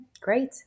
Great